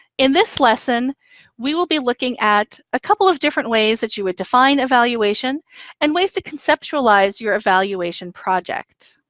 in this lesson we will be looking at a couple of different ways that you would define evaluation and ways to conceptualize your evaluation project.